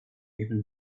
even